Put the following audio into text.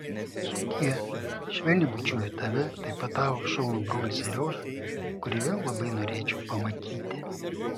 sudie švelniai bučiuoju tave taip pat tavo šaunų brolį seriožą kurį vėl labai norėčiau pamatyti